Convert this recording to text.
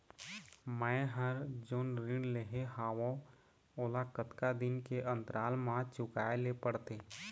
मैं हर जोन ऋण लेहे हाओ ओला कतका दिन के अंतराल मा चुकाए ले पड़ते?